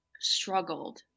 struggled